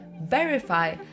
verify